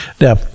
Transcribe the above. Now